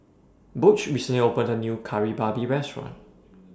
Butch recently opened A New Kari Babi Restaurant